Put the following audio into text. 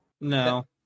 No